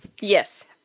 Yes